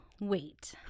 wait